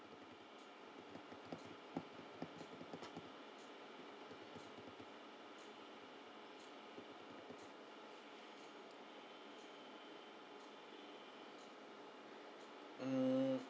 um